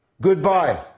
Goodbye